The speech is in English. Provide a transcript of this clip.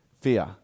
Fear